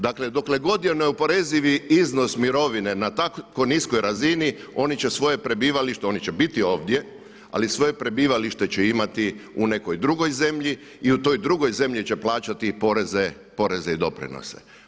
Dakle, dokle god je neoporezivi iznos mirovine na tako niskoj razini oni će svoje prebivalište, oni će biti ovdje ali svoje prebivalište će imati u nekoj drugoj zemlji i u toj drugoj zemlji će plaćati poreze i doprinose.